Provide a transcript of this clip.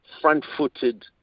front-footed